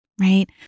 right